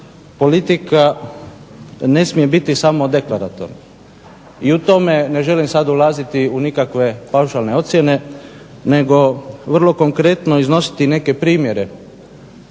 politika ne smije biti samo deklaratorna i u tome, ne želim sada ulaziti u neke paušalne ocjene nego vrlo konkretno iznositi neke primjere